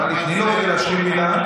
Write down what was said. טלי, תני לו להשלים מילה.